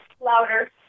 Louder